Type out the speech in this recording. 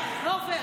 הוא לא עובר.